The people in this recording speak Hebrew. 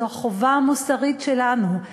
וזו החובה המוסרית שלנו,